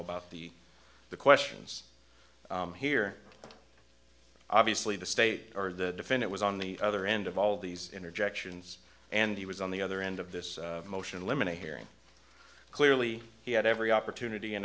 about the the questions here obviously the state or the defendant was on the other end of all these interjections and he was on the other end of this motion eliminate hearing clearly he had every opportunity